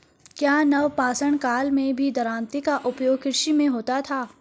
क्या नवपाषाण काल में भी दरांती का उपयोग कृषि में होता था?